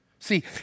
See